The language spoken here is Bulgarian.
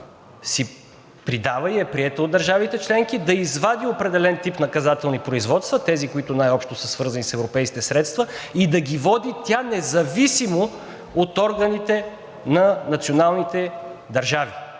си придава и е приета от държавите членки, да извади определен тип наказателни производства – тези, които най-общо са свързани с европейските средства, и да ги води тя, независимо от органите на националните държави.